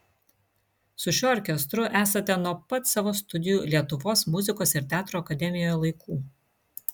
su šiuo orkestru esate nuo pat savo studijų lietuvos muzikos ir teatro akademijoje laikų